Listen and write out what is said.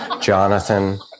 Jonathan